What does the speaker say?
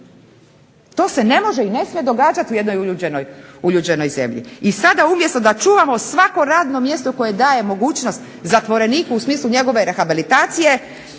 To se ne smije i ne može događati u jednoj uljuđenoj zemlji. I sada umjesto da čuvamo svako radno mjesto koje daje mogućnost zatvoreniku u smislu njegove rehabilitacije,